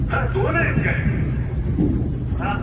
हां दोन आहेत काय हां